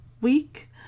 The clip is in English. week